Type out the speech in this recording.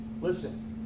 Listen